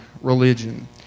religion